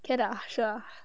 can ah sure ah